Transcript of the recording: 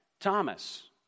Thomas